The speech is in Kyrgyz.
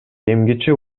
эмгиче